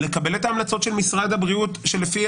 לקבל את ההמלצות של משרד הבריאות שלפי